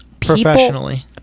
Professionally